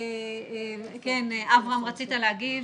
כן, אברהם, רצית להגיב.